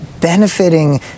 benefiting